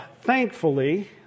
Thankfully